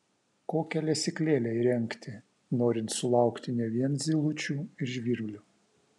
kokią lesyklėlę įrengti norint sulaukti ne vien zylučių ir žvirblių